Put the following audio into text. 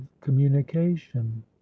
communication